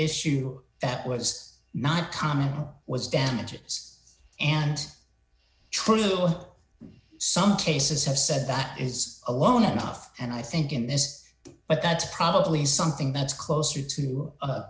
issue that was not common was dented and true some cases have said that is alone enough and i think in this but that's probably something that's closer